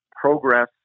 progress